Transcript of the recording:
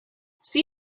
see